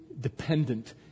dependent